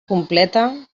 completa